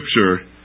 Scripture